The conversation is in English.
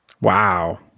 Wow